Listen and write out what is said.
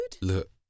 Look